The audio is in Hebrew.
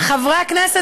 חברי הכנסת,